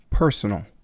personal